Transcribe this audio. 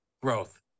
growth